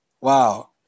Wow